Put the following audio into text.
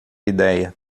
ideia